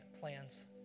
plans